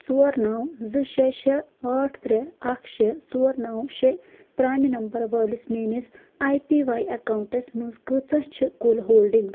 ژور نَو زٕ شےٚ شےٚ ٲٹھ ترٛےٚ اَکھ شےٚ ژور نو شےٚ پرانہِ نمبر وٲلِس میٲنِس آیۍ پی واے اکاؤنٹس مَنٛز کۭژاہ چھِ کُل ہولڈنگ